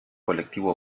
colectivo